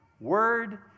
word